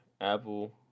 Apple